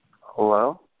Hello